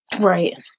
Right